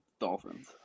Dolphins